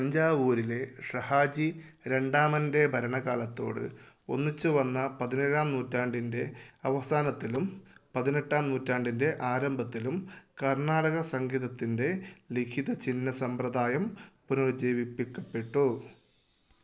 തഞ്ചാവൂരിലെ ഷഹാജി രണ്ടാമൻ്റെ ഭരണ കാലത്തോട് ഒന്നിച്ചു വന്ന പതിനേഴാം നൂറ്റാണ്ടിൻ്റെ അവസാനത്തിലും പതിനെട്ടാം നൂറ്റാണ്ടിൻ്റെ ആരംഭത്തിലും കർണ്ണാടക സംഗീതത്തിൻ്റെ ലിഖിത ചിഹ്ന സമ്പ്രദായം പുനരുജ്ജീവിപ്പിക്കപ്പെട്ടു